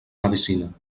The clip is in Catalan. medecina